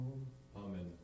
Amen